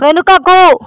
వెనుకకు